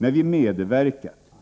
När vi medverkat